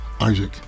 Isaac